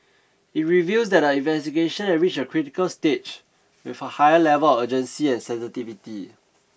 It reveals that the investigation have reached a critical stage with a higher level urgency and sensitivity